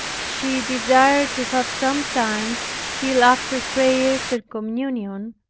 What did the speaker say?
she desired to have some time till after prayers and communion,